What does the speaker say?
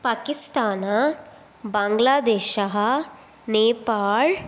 पाकिस्तान बाङ्ग्लादेशः नेपाल्